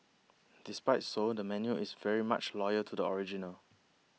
despite so the menu is very much loyal to the original